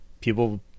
people